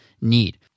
need